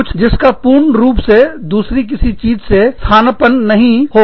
कुछ जिसका पूर्ण रूप से दूसरी किसी चीज से स्थानापन्न नहीं हो